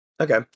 Okay